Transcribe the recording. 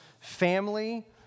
family